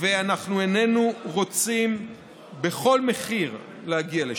ובכל מחיר איננו רוצים להגיע לשם.